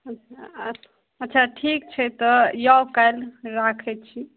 अच्छा ठीक छै तऽ आउ काल्हि राखय छी